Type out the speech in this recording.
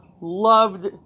loved